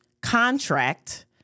contract